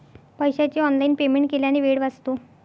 पैशाचे online payment केल्याने वेळ वाचतो